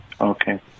Okay